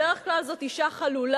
בדרך כלל זאת אשה חלולה,